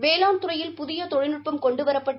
வேளாண் துறையில் புதிய தொழில்நுட்பம் கொண்டுவரப்பட்டு